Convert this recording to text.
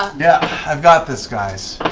yeah i've got this, guys.